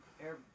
Air